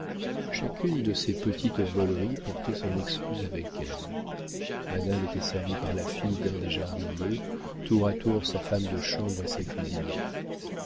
chacune de ces petites voleries portait son excuse avec elle madame était servie par la fille d'un des jardiniers tour à tour sa femme de chambre et sa cuisinière